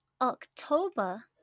October